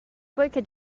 poichè